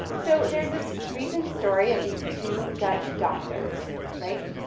so there's this recent story of these two dutch doctors, right,